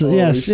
yes